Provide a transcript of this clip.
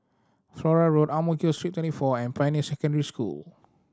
Flora Road Ang Mo Kio Street Twenty four and Pioneer Secondary School